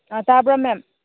ꯑꯥ ꯇꯥꯕ꯭ꯔꯥ ꯃꯦꯝ